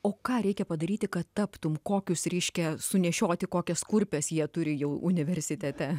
o ką reikia padaryti kad taptum kokius reiškia sunešioti kokias kurpes jie turi jau universitete